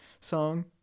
song